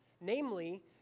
namely